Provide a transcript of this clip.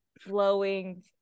flowing